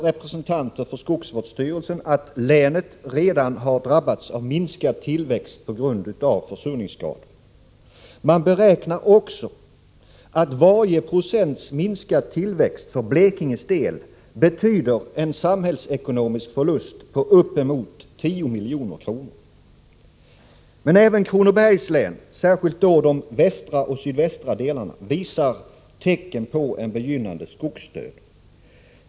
Representanter för skogsvårdsstyrelsen anser att länet redan har drabbats av minskad tillväxt på grund av försurningsskador. Man beräknar också att varje procent minskad tillväxt för Blekinges del betyder en samhällsekonomisk förlust på uppemot 10 milj.kr. Men även Kronobergs län, särskilt då de västra och sydvästra delarna, visar tecken på en begynnande skogsdöd.